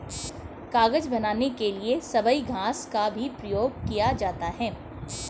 कागज बनाने के लिए सबई घास का भी प्रयोग किया जाता है